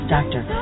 Doctor